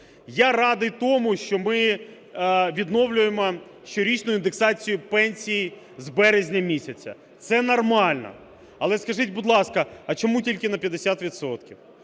Я радий тому, що ми відновлюємо щорічну індексацію пенсій з березня місяця. Це нормально, але скажіть, будь ласка, а чому тільки на 50